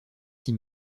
six